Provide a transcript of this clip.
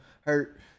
hurt